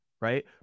Right